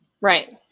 Right